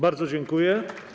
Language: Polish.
Bardzo dziękuję.